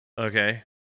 okay